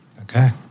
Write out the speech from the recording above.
Okay